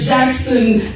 Jackson